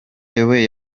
ayoboye